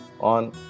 on